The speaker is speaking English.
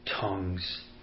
tongues